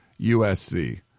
USC